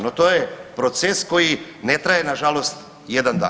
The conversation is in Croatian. No to je proces koji ne traje nažalost jedan dan.